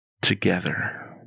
Together